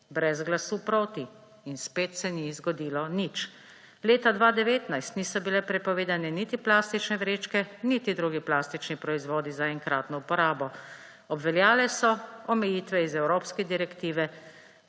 brez glasu proti – in spet se ni zgodilo nič. Leta 2019 niso bile prepovedane niti plastične vrečke niti drugi plastični proizvodi za enkratno uporabo. Obveljale so omejitve iz evropske direktive,